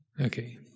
Okay